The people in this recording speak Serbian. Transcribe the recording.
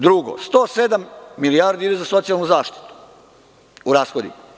Drugo, 107 milijardi ide na socijalnu zaštitu u rashodima.